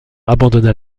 abandonna